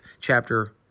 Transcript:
chapter